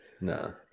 No